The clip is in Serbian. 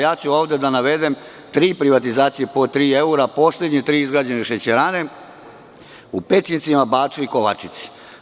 Ja ću ovde da navedem tri privatizacije po tri evra poslednje tri izgrađene šećerane u Pećincima, Baču i Kovačici.